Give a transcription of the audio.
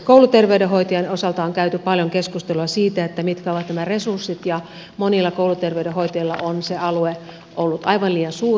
kouluterveydenhoitajan osalta on käyty paljon keskustelua siitä mitkä ovat nämä resurssit ja monilla kouluterveydenhoitajilla on se alue ollut aivan liian suuri